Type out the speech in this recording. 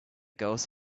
goes